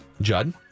Judd